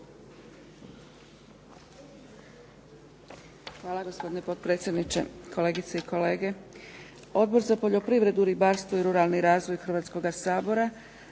Hvala gospodine potpredsjedniče. Kolegice i kolege. Odbor za poljoprivredu, ribarstvo i ruralni razvoj Hrvatskoga sabora